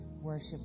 worship